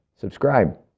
subscribe